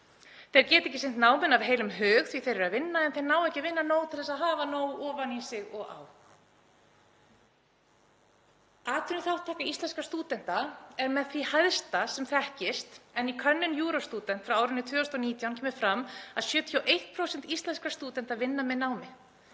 Þeir geta ekki sinnt námi af heilum hug því að þeir eru að vinna en þeir ná ekki að vinna nóg til að hafa ofan í sig og á. Atvinnuþátttaka íslenskra stúdenta er með því hæsta sem þekkist en í könnun EUROSTUDENT frá árinu 2019 kemur fram að 71% íslenskra stúdenta vinna með námi,